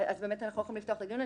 אנחנו באמת לא יכולים לפתוח את הדיון.